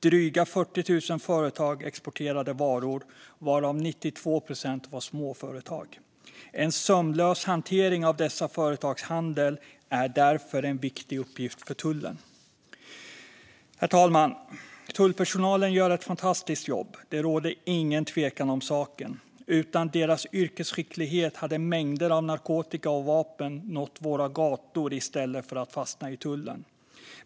Drygt 40 000 företag exporterade varor, varav 92 procent var småföretag. En sömlös hantering av dessa företags handel är därför en viktig uppgift för tullen. Herr talman! Tullpersonalen gör ett fantastiskt jobb. Det råder ingen tvekan om den saken. Utan deras yrkesskicklighet hade mängder av narkotika och vapen nått våra gator i stället för att fastna i tullen.